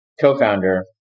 co-founder